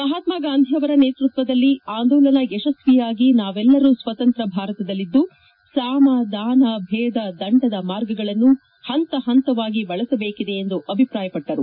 ಮಹಾತ್ಮಾ ಗಾಂಧಿ ಅವರ ನೇತೃತ್ವದಲ್ಲಿ ಆಂದೋಲನ ಯಶಸ್ವಿಯಾಗಿ ನಾವೆಲ್ಲರೂ ಸ್ವತಂತ್ರ ಭಾರತದಲ್ಲಿದ್ದು ಸಾಮ ದಾನ ಭೇದ ದಂಡದ ಮಾರ್ಗಗಳನ್ನು ಹಂತ ಹಂತವಾಗಿ ಬಳಸಬೇಕಿದೆ ಎಂದು ಅಭಿಪ್ರಾಯಪಟ್ಟರು